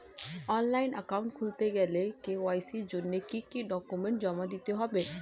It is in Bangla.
অনলাইন একাউন্ট খুলতে গেলে কে.ওয়াই.সি জন্য কি কি ডকুমেন্ট জমা দিতে হবে?